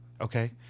okay